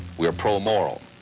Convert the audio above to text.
we are pro-moral,